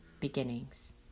beginnings